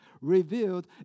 revealed